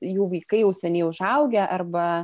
jų vaikai jau seniai užaugę arba